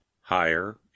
higher